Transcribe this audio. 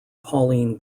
pauline